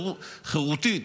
חרותית.